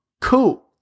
cool